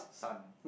sun